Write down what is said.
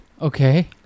okay